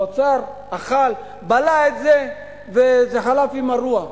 האוצר אכל, בלע את זה, וזה חלף עם הרוח.